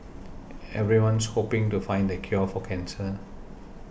everyone's hoping to find the cure for cancer